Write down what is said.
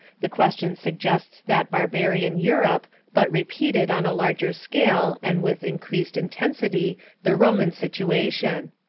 the question suggests that barbarian europe but repeated on a larger scale and with increased intensity the roman situation.